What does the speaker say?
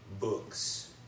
books